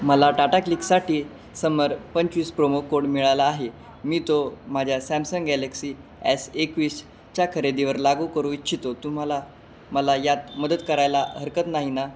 मला टाटा क्लिक साठी सम्मर पंचवीस प्रोमो कोड मिळाला आहे मी तो माझ्या सॅमसंग गॅलेक्सी एस एकवीस च्या खरेदीवर लागू करू इच्छितो तुम्हाला मला यात मदत करायला हरकत नाही ना